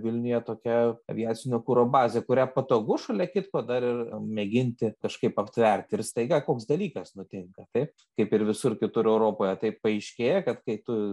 vilniuje tokia aviacinio kuro bazė kuria patogu šalia kitko dar ir mėginti kažkaip aptvert ir staiga koks dalykas nutinka taip kaip ir visur kitur europoje tai paaiškėja kad kai tu